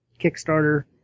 Kickstarter